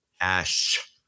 ash